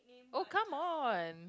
oh come on